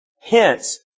Hence